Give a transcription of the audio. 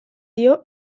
dio